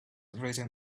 written